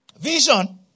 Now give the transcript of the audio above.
Vision